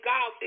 God